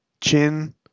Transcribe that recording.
Chin